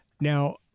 Now